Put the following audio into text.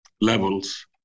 levels